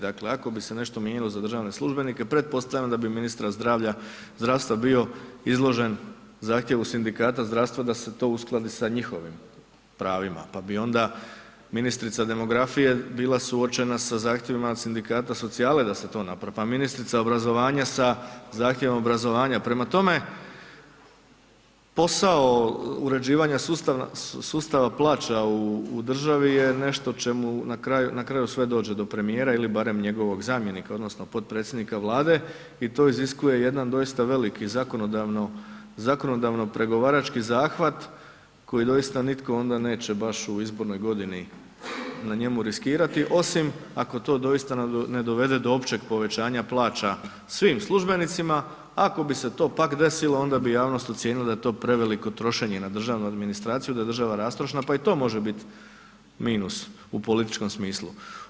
Dakle, ako bi se nešto mijenjalo za državne službenike pretpostavljam da bi ministar zdravstva bio izložen zahtjevu sindikata zdravstva da se to uskladi sa njihovim pravima, pa bi onda ministrica demografije bila suočena sa zahtjevima od sindikata socijale da se to napravi, pa ministrica obrazovanja sa zahtjevom obrazovanja, prema tome posao uređivanja sustav plaća u državi je nešto čemu, na kraju sve dođe do premijera ili barem njegovog zamjenika odnosno podpredsjednika Vlade, i to iziskuje jedan doista veliki zakonodavno pregovarački zahvat koji doista nitko onda neće baš u izbornoj godini na njemu riskirati, osim ako to doista ne dovede do općeg povećanja plaća svim službenicima, ako bi se to pak desilo, onda bi javnost ocijenila da je to preveliko trošenje na državnu administraciju, da je država rastrošna pa i to može bit minus u političkom smislu.